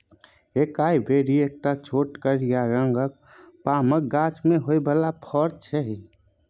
एकाइ बेरी एकटा छोट करिया रंगक पामक गाछ मे होइ बला फर छै